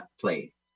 place